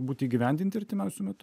būti įgyvendinti artimiausiu metu